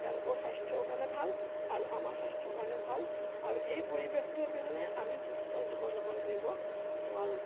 তেওঁলোকৰ স্বাস্থ্যৰ কাৰণে ভাল আৰু আমাৰ স্বাস্থ্যৰ কাৰণে ভাল আৰু এই পৰিৱেশটোৰ অবিহনে আমি সুস্থ জীৱন যাপন কৰিব নোৱাৰোঁ